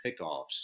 pickoffs